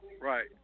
Right